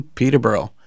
peterborough